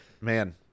man